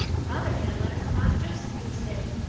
mother had a letter from aunt josephine today,